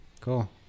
Cool